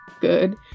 good